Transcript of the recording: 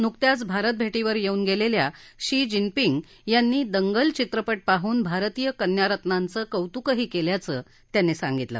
नुकत्याच भारत भेटीवर येऊन गेलेल्या शी जिनपिंग यांनी दंगल चित्रपट पाहून भारतीय कन्या रत्नांचं कौतुकही केल्याचं त्यांनी सांगितलं